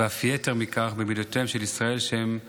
ואף יותר מכך במידותיהם של ישראל, שהם ביישנים,